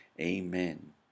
amen